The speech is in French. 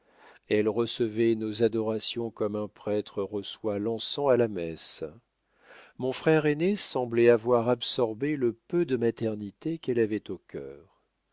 elle recevait nos adorations comme un prêtre reçoit l'encens à la messe mon frère aîné semblait avoir absorbé le peu de maternité qu'elle avait au cœur